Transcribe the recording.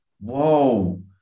whoa